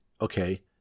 Okay